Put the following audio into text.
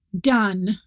done